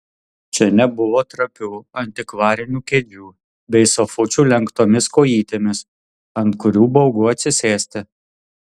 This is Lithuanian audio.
čia nebuvo trapių antikvarinių kėdžių bei sofučių lenktomis kojytėmis ant kurių baugu atsisėsti